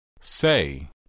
Say